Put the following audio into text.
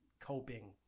coping